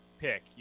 pick